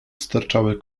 sterczały